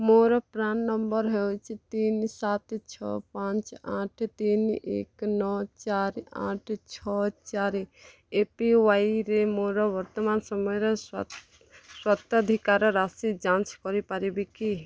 ମୋର PRAN number ହେଉଛି ତିନି ସାତ ଛଅ ପାଞ୍ଚ ଆଠ ତିନି ଏକ ନଅ ଚାରି ଆଠ ଛଅ ଚାରି ଏପିୱାଇରେ ମୋର ବର୍ତ୍ତମାନ ସମୟର ସ୍ୱତ୍ ସ୍ୱତ୍ୱାଧିକାର ରାଶି ଯାଞ୍ଚ କରିପାରିବି କି